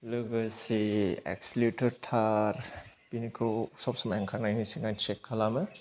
लोगोसे एक्सिलेटर टार पिन खौ सब समाय ओंखारनायनि सिगां चेक खालामो